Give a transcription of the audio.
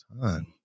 time